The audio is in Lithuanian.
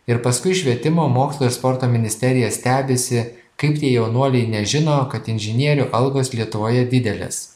ir paskui švietimo mokslo ir sporto ministerija stebisi kaip tie jaunuoliai nežino kad inžinierių algos lietuvoje didelės